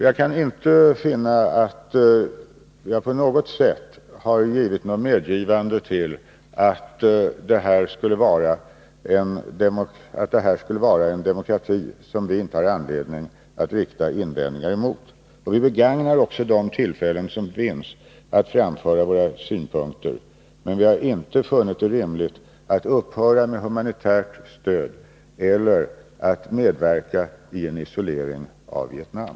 Jag kan inte finna att jag på något sätt har påstått att Vietnam skulle vara en demokrati, som vi inte har anledning att rikta invändningar mot. Vi begagnar också de tillfällen som ges att framföra våra synpunkter. Men vi har förhållandena i Vietnam och Laos inte funnit det rimligt att upphöra med humanitärt stöd eller att medverka till en isolering av Vietnam.